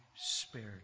spared